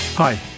Hi